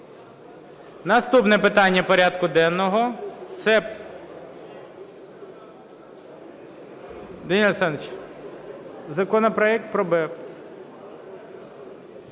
Наступне питання порядку денного – це… Данило Олександровичу, законопроект про БЕБ.